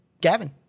Gavin